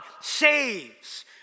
saves